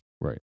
Right